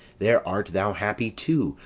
there art thou happy too.